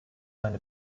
meine